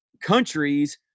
countries